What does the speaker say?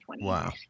Wow